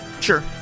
Sure